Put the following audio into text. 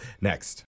next